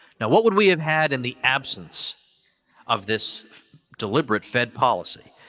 now, what would we have had in the absence of this deliberate fed policy?